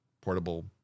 portable